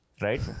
Right